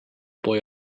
boy